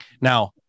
Now